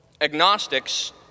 Agnostics